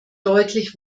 deutlich